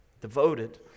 devoted